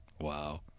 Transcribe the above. Wow